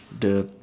the